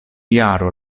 jaro